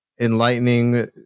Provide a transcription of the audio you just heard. enlightening